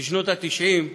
בשנות ה-90,